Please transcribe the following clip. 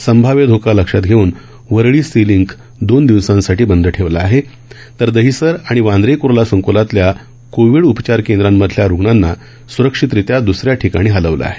संभाव्य धोका लक्षात घेऊन वरळी सी लिंक दोन दिवसांसाठी बंद ठेवला आहे तर दहिसर आणि वांद्रे कूर्ला संकुलातल्या कोविड उपचार केंद्रांमधल्या रुग्णांना सुरक्षितरित्या द्सऱ्या ठिकाणी हलवलं आहे